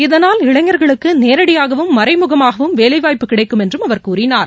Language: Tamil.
இதனால் இளைஞர்களுக்குநேரடியாகவும் மறைமுகமாகவும் வேலைவாய்ப்பு கிடைக்கும் என்றும் அவர் கூறினார்